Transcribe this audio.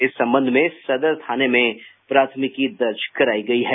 इस संबंध में सदर थाने में प्राथमिकी दर्ज कराई गई है